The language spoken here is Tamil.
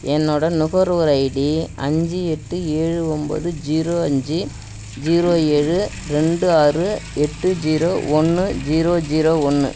என்னோடய நுகர்வோர் ஐடி அஞ்சு எட்டு ஏழு ஒம்பது ஜீரோ அஞ்சு ஜீரோ ஏழு ரெண்டு ஆறு எட்டு ஜீரோ ஒன்று ஜீரோ ஜீரோ ஒன்று